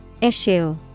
Issue